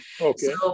Okay